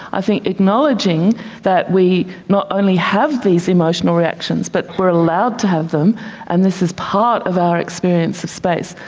i think acknowledging that we not only have these emotional reactions but we are allowed to have them and this is part of our experience of space,